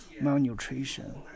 malnutrition